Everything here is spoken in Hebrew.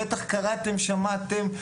בטח קראתם ושמעתם.